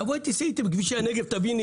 תבואי ותיסעי איתי בכבישי הנגב ותביני